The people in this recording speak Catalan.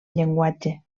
llenguatge